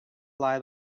lie